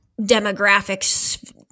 demographics